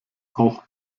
auch